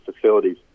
facilities